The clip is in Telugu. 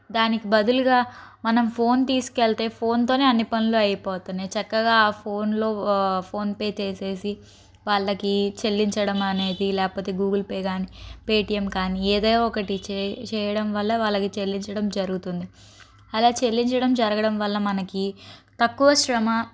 దానికి బదులుగా మనం ఫోన్ తీసుకెళ్తే ఫోన్తోనే అన్ని పనులు అయిపోతున్నాయి చక్కగా ఆ ఫోన్లో ఫోన్ పే చేసి వాళ్ళకి చెల్లించడం అనేది లేకపోతే గూగుల్ పే కానీ పేటీఎం కానీ ఏదో ఒకటి చే చేయడం వల్ల వాళ్ళకి చెల్లించడం జరుగుతుంది అలా చెల్లించడం జరగడం వల్ల మనకి తక్కువ శ్రమ